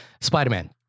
Spider-Man